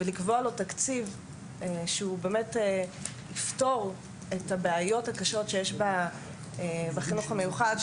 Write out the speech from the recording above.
ולקבוע לו תקציב שיפתור את הבעיות הקשות שיש בחינוך המיוחד.